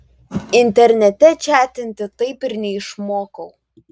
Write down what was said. internete čatinti taip ir neišmokau